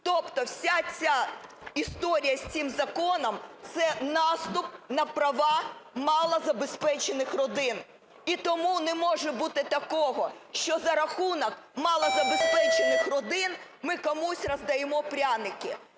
Тобто вся ця історія з цим законом – це наступ на права малозабезпечених родин. І тому не може бути такого, що за рахунок малозабезпечених родин ми комусь роздаємо пряники.